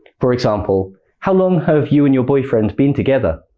for example how long have you and your boyfriend been together